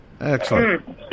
Excellent